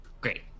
Great